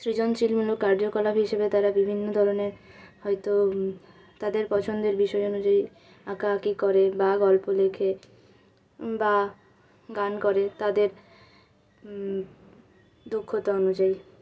সৃজনশীলমূলক কার্যকলাপ হিসাবে তারা বিভিন্ন ধরনের হয়তো তাদের পছন্দের বিষয় অনুযায়ী আঁকাআঁকি করে বা গল্প লেখে বা গান করে তাদের দক্ষতা অনুযায়ী